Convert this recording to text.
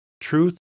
truth